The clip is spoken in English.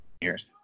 years